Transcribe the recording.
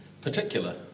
particular